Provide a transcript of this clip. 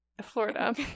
Florida